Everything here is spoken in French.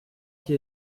qui